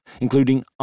including